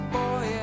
boy